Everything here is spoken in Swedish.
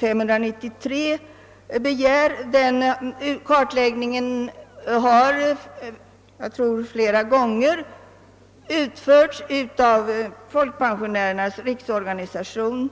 593 begär har utförts — jag tror flera gånger — av Folkpensionärernas riksorganisation.